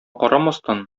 карамастан